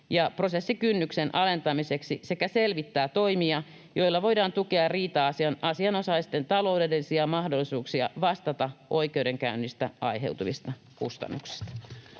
prosessikynnyksen alentamiseksi sekä selvittää toimia, joilla voidaan tukea riita-asian asianosaisten taloudellisia mahdollisuuksia vastata oikeudenkäynnistä aiheutuvista kustannuksista.”